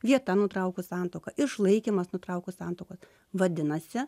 vieta nutraukus santuoką išlaikymas nutraukus santuoką vadinasi